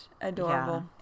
Adorable